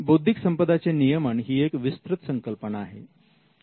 बौद्धिक संपदाचे नियमन ही एक विस्तृत संकल्पना आहे